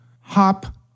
hop